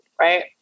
right